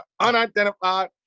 Unidentified